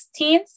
16th